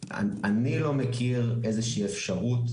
אני לא מכיר איזו שהיא אפשרות,